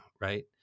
right